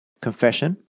confession